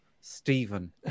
Stephen